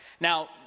Now